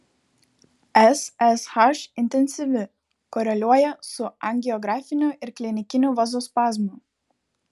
ssh intensyvi koreliuoja su angiografiniu ir klinikiniu vazospazmu